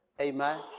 Amen